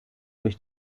durch